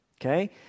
okay